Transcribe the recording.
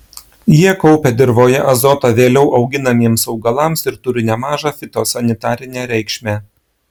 jie kaupia dirvoje azotą vėliau auginamiems augalams ir turi nemažą fitosanitarinę reikšmę